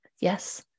yes